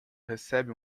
recebe